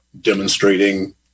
demonstrating